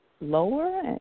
lower